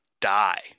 die